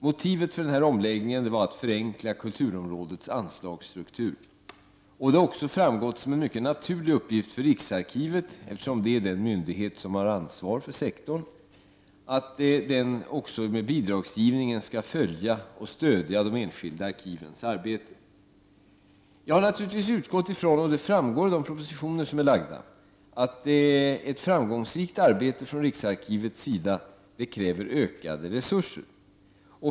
Motivet för omläggningen var att förenkla kulturområdets anslagsstruktur. Det har också framstått som en mycket naturlig uppgift för riksarkivet, eftersom det är den myndighet som har ansvar för sek torn, att det med bidragsgivningen skall följa och stödja de enskilda arkivens arbete. Det framgår av de propositioner som har lagts fram att jag utgår från att ett framgångsrikt arbete från riksarkivets sida kräver ökade resurser.